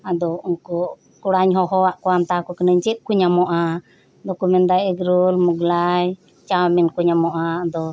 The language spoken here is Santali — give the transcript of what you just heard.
ᱟᱫᱚ ᱩᱱᱠᱩ ᱠᱚᱲᱟᱧ ᱦᱚᱦᱚ ᱟᱫ ᱠᱚᱣᱟ ᱢᱮᱛᱟ ᱟᱠᱚ ᱠᱟᱹᱱᱟᱹᱧ ᱪᱮᱫ ᱠᱚ ᱧᱟᱢᱚᱜᱼᱟ ᱟᱫᱚ ᱠᱚ ᱢᱮᱱ ᱮᱫᱟ ᱮᱜᱽᱨᱳᱞ ᱢᱳᱜᱽᱞᱟᱭ ᱪᱟᱣᱢᱤᱱ ᱠᱚ ᱧᱟᱢᱚᱜᱼᱟ ᱟᱫᱚ